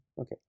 Okay